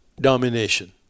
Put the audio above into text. domination